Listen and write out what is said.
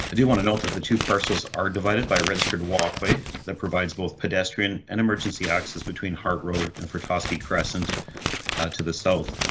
but do want to note that the two parcels are divided by registered walkway that provides both pedestrian and emergency access between heart road and for toski crescent to the south.